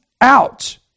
out